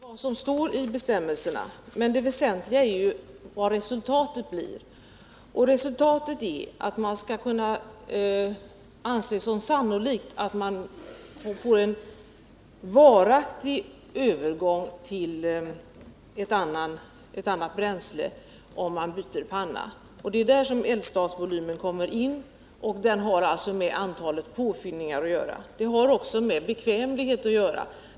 Herr talman! Man kan naturligtvis diskutera det som står i bestämmelserna, men det väsentliga är resultatet. Och resultatet av bestämmelserna är att det skall kunna anses sannolikt att det blir fråga om en varaktig övergång till ett annat bränsle, om man byter panna. Det är där bestämmelsen om eldstadsvolymen kommer in. Den har alltså med antalet bränslepåfyllningar att göra. Detta har också med bekvämlighet att göra.